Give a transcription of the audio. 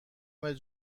مرد